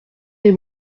des